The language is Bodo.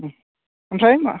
उम ओमफ्राय मा